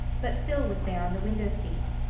but phil was there on the window seat.